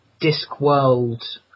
Discworld